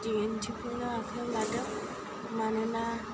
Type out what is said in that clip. दिन्थिफुंनो आखायाव लादों मानोना